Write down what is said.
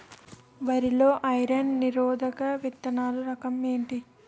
వరి లో ఐరన్ నిరోధక విత్తన రకం ఏంటి?